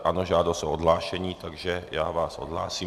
Ano, žádost o odhlášení, takže vás odhlásím.